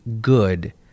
good